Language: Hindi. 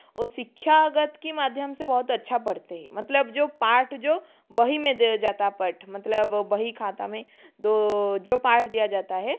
वो शिक्षा गत की माध्यम से बहुत अच्छा पढ़ते है मतलब जो पाठ जो वही में दिया जाता मतलब वाही खाता में तो जो पाठ दिया जाता है